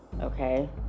Okay